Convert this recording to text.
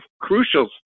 crucial